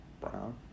Brown